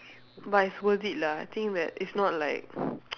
but it's worth it lah I think that it's not like